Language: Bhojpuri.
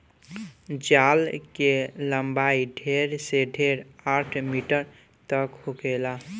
जाल के लम्बाई ढेर से ढेर आठ मीटर तक होखेला